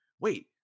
wait